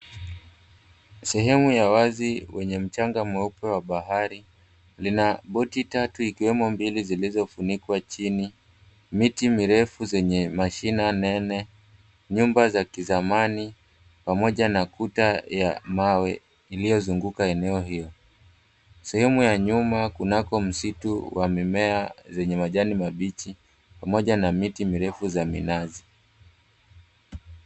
Sehemu ya wazi wenye mchanga mweupe wa bahari lina boti tatu ikiwemo mbili zilizofunikwa chini, miti mirefu zenye mashina nene, nyumba za kizamani pamoja na kuta ya mawe iliyozunguka eneo hiyo. Sehemu ya nyuma kunako msitu wa mimea zenye majani mabichi pamoja na miti mirefu za minazi.